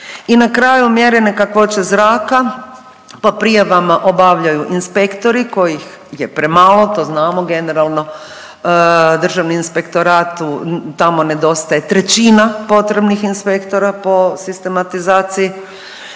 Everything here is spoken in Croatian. I na kraju, mjerenje kakvoće zraka po prijavama obavljaju inspektori koji ih je premalo, to znamo generalno. Državni inspektorat, tamo nedostaje trećina potrebnih inspektora po sistematizaciji,